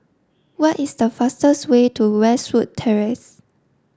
what is the fastest way to Westwood Terrace